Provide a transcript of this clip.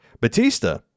Batista